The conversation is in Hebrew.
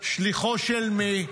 שליחו של מי?